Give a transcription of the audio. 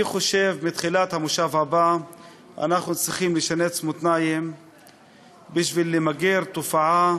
אני חושב שבתחילת המושב הבא אנחנו צריכים לשנס מותניים בשביל למגר תופעה